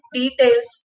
details